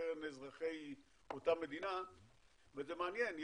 קרן לאזרחי אותה מדינה וזה מעניין,